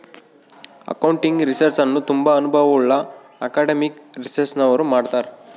accounting research ಅನ್ನು ತುಂಬಾ ಅನುಭವವುಳ್ಳ ಅಕಾಡೆಮಿಕ್ ರಿಸರ್ಚ್ನವರು ಮಾಡ್ತರ್